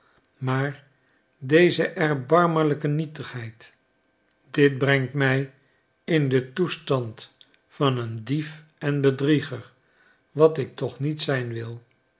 maar deze erbarmelijke nietigheid dit brengt mij in den toestand van een dief en bedrieger wat ik toch niet zijn wil